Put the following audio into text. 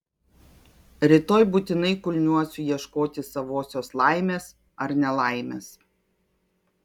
rytoj būtinai kulniuosiu ieškoti savosios laimės ar nelaimės